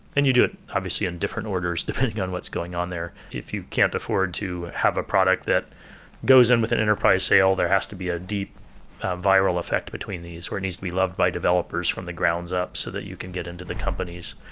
then you do it obviously in different orders depending on what's going on there. if you can't afford to have a product that goes with an enterprise sale, there has to be a deep viral effect between these where needs to be loved by developers from the grounds up, so that you can get into the companies.